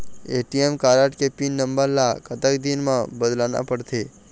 ATM card के pin number ला कतक दिन म बदलना पड़थे?